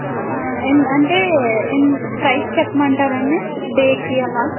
ఎన్ని అంటే ప్రైస్ చెప్పమంటారా అండి డేకి అలా